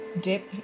dip